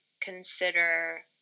consider